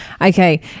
okay